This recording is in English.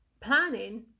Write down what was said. planning